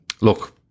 Look